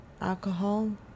alcohol